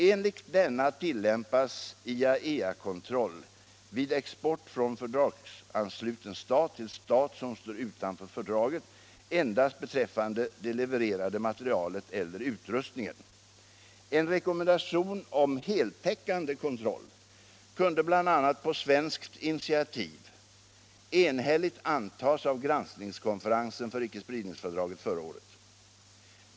Enligt denna tillämpas IAEA-kontroll vid export från fördragsansluten stat till stat som står utanför fördraget endast beträffande det levererade materialet eller utrustningen. En rekommendation om heltäckande kontroll kunde bl.a. på svenskt initiativ enhälligt antas av granskningskonferensen för icke-spridningsfördraget förra året.